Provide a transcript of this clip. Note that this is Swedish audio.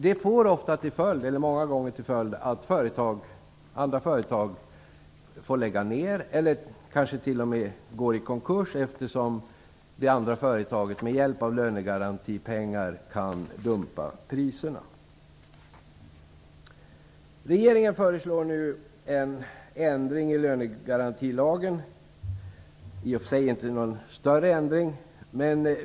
Det får ofta till följd att företag får lägga ned eller gå i konkurs därför att andra företag med hjälp av lönegarantipengar kan dumpa priserna. Regeringen föreslår nu en ändring i lönegarantilagen.